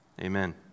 Amen